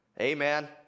Amen